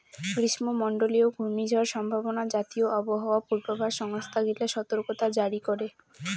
গ্রীষ্মমণ্ডলীয় ঘূর্ণিঝড় সম্ভাবনা জাতীয় আবহাওয়া পূর্বাভাস সংস্থা গিলা সতর্কতা জারি করে